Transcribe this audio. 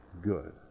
good